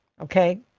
Okay